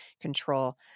control